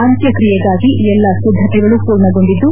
ಅಂತ್ಯಕ್ಷರಿಯೆಗಾಗಿ ಎಲ್ಲ ಸಿದ್ದತೆಗಳು ಮೂರ್ಣಗೊಂಡಿದ್ದು